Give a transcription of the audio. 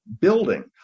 building